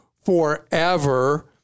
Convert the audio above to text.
forever